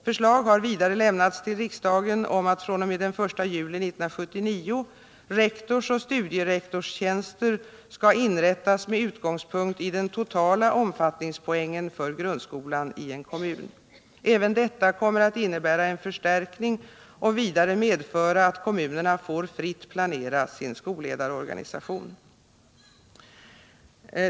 Förslag har vidare lämnats till riksdagen om att fr.o.m. den 1 juli 1979 rektorsoch studierektorstjänster skall inrättas med utgångspunkt i den totala omfattningspoängen för grundskolan i en kommun. Även detta kommer att innebära en förstärkning och vidare medföra att kommunerna får fritt planera sin skolledarorganisation.